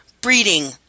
breeding